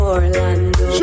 Orlando